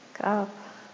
Up